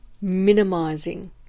minimizing